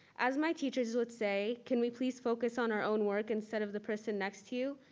as my teachers would say, can we please focus on our own work instead of the person next to you?